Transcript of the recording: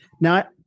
Now